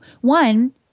One